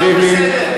חבר הכנסת ריבלין,